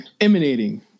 emanating